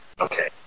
Okay